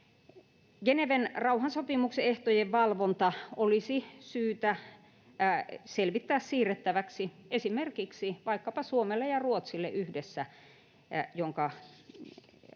Geneven rauhansopimuksen ehtojen valvonta olisi syytä selvittää siirrettäväksi esimerkiksi Suomelle ja Ruotsille yhdessä, joiden välissä